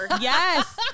Yes